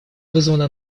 вызвано